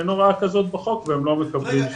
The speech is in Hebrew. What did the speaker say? אין הוראה כזאת בחוק והם לא מקבלים.